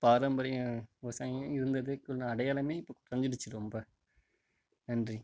பாரம்பரியம் விவசாயம் இருந்ததுக்கான அடையாளமே இப்போ குறைஞ்சிடுச்சி ரொம்ப நன்றி